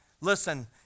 Listen